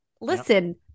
listen